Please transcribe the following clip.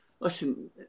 Listen